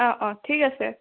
অঁ অঁ ঠিক আছে